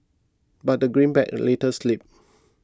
but the greenback later slipped